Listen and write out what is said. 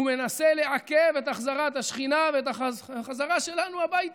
הוא מנסה לעכב את החזרת השכינה ואת החזרה שלנו הביתה.